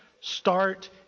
start